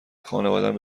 خانوادهام